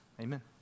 Amen